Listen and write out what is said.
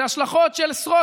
זה השלכות של עשרות,